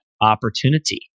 opportunity